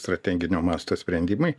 strateginio masto sprendimai